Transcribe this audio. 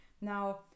Now